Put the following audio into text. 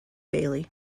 bailey